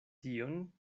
tion